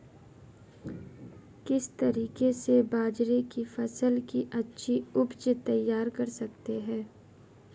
किस तरीके से बाजरे की फसल की अच्छी उपज तैयार कर सकते हैं?